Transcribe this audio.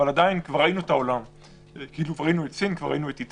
אבל עדיין ראינו את העולם,